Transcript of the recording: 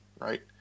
right